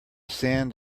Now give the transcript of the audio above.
sand